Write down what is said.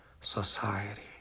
society